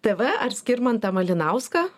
tv ar skirmantą malinauską